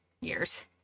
years